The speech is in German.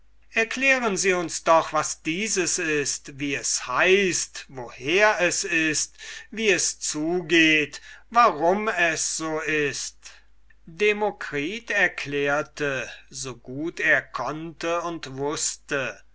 erklären sie uns doch was dieses ist wie es heißt woher es ist wie es zugeht warum es so ist demokritus erklärte so gut er konnte und wußte